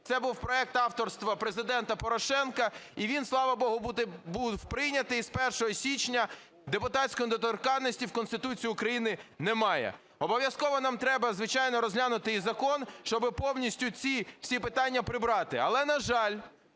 це був проект авторства Президента Порошенка, і він, слава Богу, був прийнятий, і з 1 січня депутатської недоторканності в Конституції України немає. Обов'язково нам треба, звичайно, розглянути і закон, щоб повністю ці всі питання прибрати. Але, на жаль,